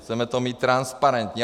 Chceme to mít transparentní.